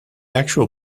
actual